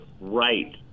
right